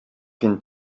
can